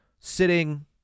sitting